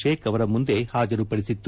ಶೇಖ್ ಅವರ ಮುಂದೆ ಹಾಜರುಪದಿಸಿತ್ತು